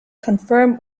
confirm